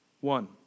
one